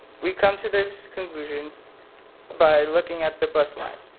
we come to this conclusion by looking at the bus lines.